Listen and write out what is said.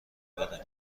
بره